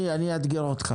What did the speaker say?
אאתגר אותך.